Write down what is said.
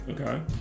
Okay